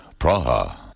Praha